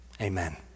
Amen